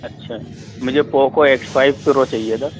اچھا مجھے Poco X five Pro چاہیے تھا